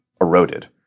eroded